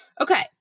Okay